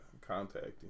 contacting